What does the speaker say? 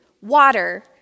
water